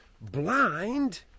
blind